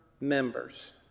members